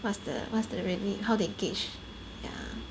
what's the what's the really how they gauge ya